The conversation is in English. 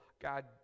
God